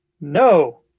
no